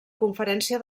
conferència